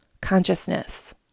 consciousness